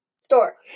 Store